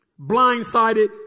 blindsided